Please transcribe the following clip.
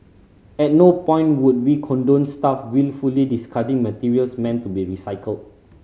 at no point would we condone staff wilfully discarding materials meant to be recycled